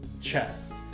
chest